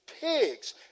pigs